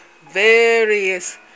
various